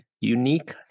unique